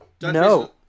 no